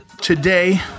Today